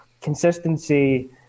consistency